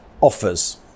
offers